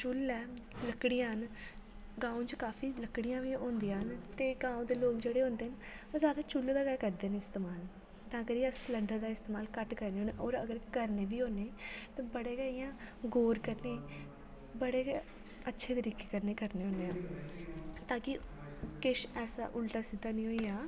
चुल्ल ऐ लक्कड़ियां ना गांव च काफी लक्कडियां बी होन्दियां न ते गांव दे लोक जेह्ड़े होंदे न ओह ज्यादा चुल्ल दा गै करदे न इस्तमाल तां करियै अस सिलंडर दा इस्तमाल घट्ट करने हुन्ने होर अगर करने बी हुन्ने तां बड़े गै इ'यां गौर कन्नै बड़े गै अच्छे तरीके कन्नै करने हुन्ने आं ताकि किश ऐसा उलटा सिद्धा नेईं होई जा